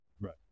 Right